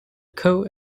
coat